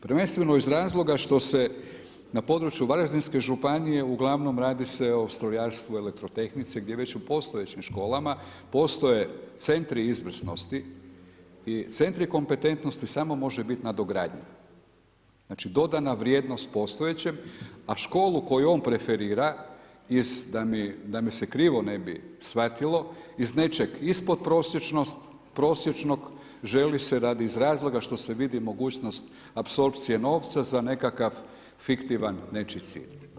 Prvenstveno iz razloga što se na području Varaždinske županije uglavnom radi se o strojarstvu, elektrotehnici gdje već u postojećim školama postoje centri izvrsnosti i centri kompetentnosti samo može biti nadogradnja, znači dodana vrijednost postojećem a školu koju on preferira iz, da me se krivo ne bi shvatilo iz nečeg ispodprosječnog želi se radi iz razloga što se vidi mogućnost apsorpcije novca za nekakav fiktivan nečiji cilj.